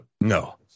No